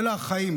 אלה החיים.